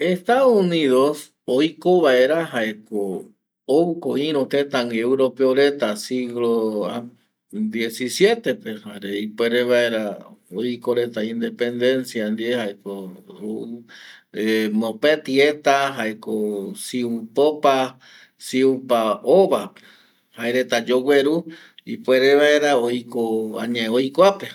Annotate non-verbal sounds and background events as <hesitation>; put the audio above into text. Estado Unido oiko vaera jaeko ouko ïru tëtagui Europeo reta siglo diesisietepe jare ipuere vaera oiko reta independencia ndie jaeko <hesitation> mopeti eta jaeko siupopa siupa ovape jaereta yogueru ipuere vaera oiko añae oikoape